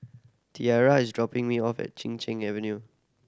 Tiara is dropping me off at Chin Cheng Avenue